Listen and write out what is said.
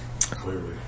Clearly